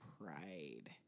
pride